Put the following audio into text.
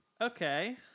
Okay